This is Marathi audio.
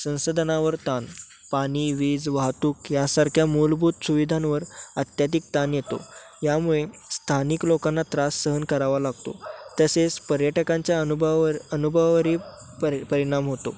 संसाधनावर ताण पाणी वीज वाहतूक यासारख्या मूलभूत सुविधांवर अत्याधिक ताण येतो यामुळे स्थानिक लोकांना त्रास सहन करावा लागतो तसेच पर्यटकांच्या अनुभव अनुभवावरही परि परिणाम होतो